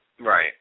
Right